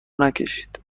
نکشید